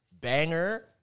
banger